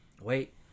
Wait